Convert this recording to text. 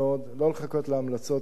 לא לחכות להמלצות האלו,